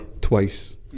twice